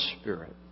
spirit